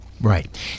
right